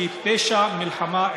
שהיא פשע מלחמה,